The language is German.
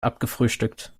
abgefrühstückt